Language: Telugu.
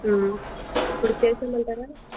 ఇప్పుడు చేసి ఇవ్వమంటారా